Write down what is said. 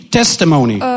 testimony